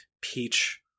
peach